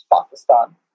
Pakistan